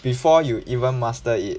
before you even master it